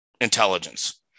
intelligence